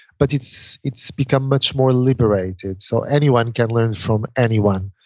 but its its become much more liberated. so anyone can learn from anyone.